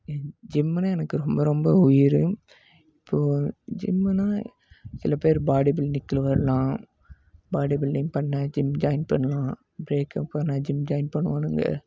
ஜிம்முனால் எனக்கு ரொம்ப ரொம்ப உயிர் இப்போது ஜிம்முனால் சிலபேர் பாடி பில்டிங்கில் வரலாம் பாடி பில்டிங் பண்ண ஜிம் ஜாயின் பண்ணலாம் பிரேக்கப் ஆனால் ஜிம் ஜாயின் பண்ணுவானுங்க